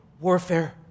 warfare